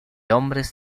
hombres